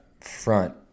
front